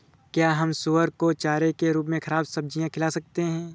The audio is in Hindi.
क्या हम सुअर को चारे के रूप में ख़राब सब्जियां खिला सकते हैं?